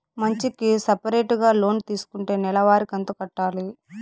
మంచికి సపరేటుగా లోన్ తీసుకుంటే నెల వారి కంతు కట్టాలి